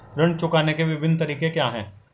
ऋण चुकाने के विभिन्न तरीके क्या हैं?